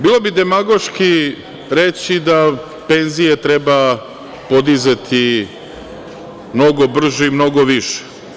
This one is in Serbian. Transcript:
Bilo bi demagoški reći da penzije treba podizati mnogo brže i mnogo više.